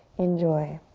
enjoy.